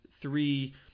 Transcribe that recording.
three